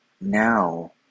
now